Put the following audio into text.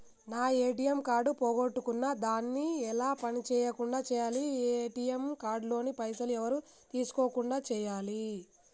నా ATM card పోగొట్టుకున్నా దాన్ని ఎలా పని చేయకుండా చేయాలి ఏ.టి.ఎమ్ కార్డు లోని పైసలు ఎవరు తీసుకోకుండా చేయాలి?